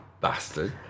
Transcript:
Bastard